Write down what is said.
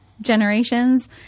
generations